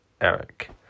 Eric